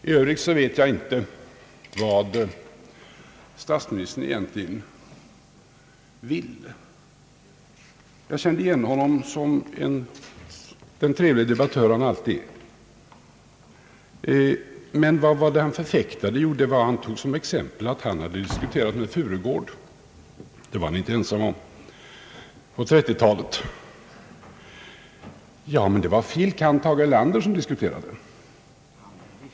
I övrigt vet jag inte vad statsministern egentligen vill. Jag kände igen honom som den trevlige debattör han alltid är, men vad var det han förfäktade? Jo, han tog som exempel att han hade diskuterat med Furugård. Det var han inte ensam om på 1930-talet. Men det var fil. kand. Tage Erlander som diskuterade.